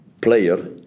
player